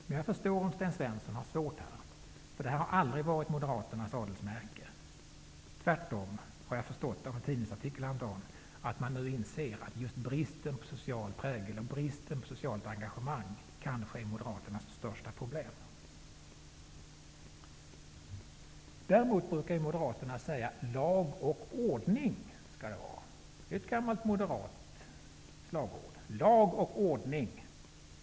Men jag kan förstå om Sten Svensson har svårt för det här, eftersom detta aldrig har varit moderaternas adelsmärke. Tvärtom, har jag förstått av en tidningsartikel häromdagen, inser man nu att bristen på social prägel och på socialt engagemang kanske är moderaternas största problem. Däremot brukar moderaterna kräva lag och ordning. Det är ett gammalt moderat slagord.